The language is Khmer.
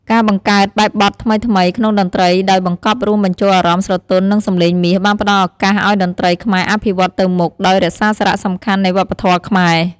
ការបង្កើតបែបបទថ្មីៗក្នុងតន្ត្រីដោយបង្កប់រួមបញ្ចូលអារម្មណ៍ស្រទន់ និងសម្លេងមាស បានផ្តល់ឱកាសឲ្យតន្ត្រីខ្មែរអភិវឌ្ឍទៅមុខ ដោយរក្សាសារៈសំខាន់នៃវប្បធម៌ខ្មែរ។